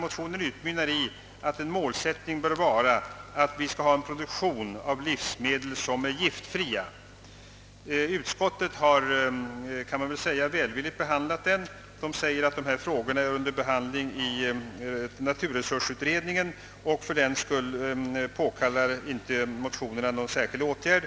Motionen utmynnar i att målsättningen bör vara en produktion av livsmedel som är giftfria. Utskottet kan sägas ha välvilligt behandlat motionerna. Man hänvisar till att frågan behandlas av naturresursutredningen och att motionerna fördenskull inte påkallar någon särskild åtgärd.